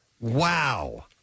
Wow